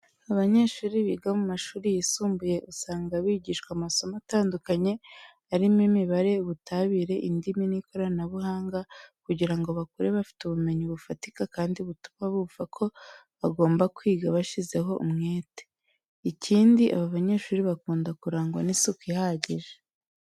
Abanyeshuri biga mu mashuri yisumbuye usanga bigishwa amasomo atandukanye arimo imibare, ubutabire, indimi n'ikoranabuhanga kugira ngo bakure bafite ubumenyi bufatika kandi butuma bumva ko bagomba kwiga bashyizeho umwete. Ikindi aba banyeshuri bakunda kurangwa n'isuku ihagije.